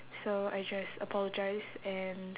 so I just apologise and